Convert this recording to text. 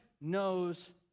knows